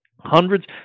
Hundreds